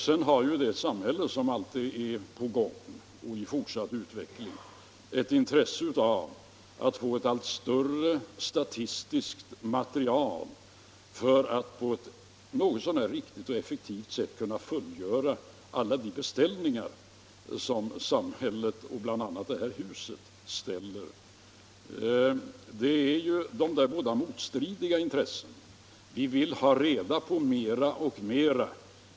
Sedan har ju det samhälle som alltid är i fortsatt utveckling ett intresse av att få ett allt större statistiskt material för att på ett något så när riktigt och effektivt sätt kunna fullgöra alla de beställningar som görs, bl.a. från det här huset. Det här är två motstridiga intressen. Man vill ha reda på mera och mera.